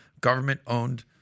government-owned